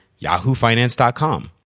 yahoofinance.com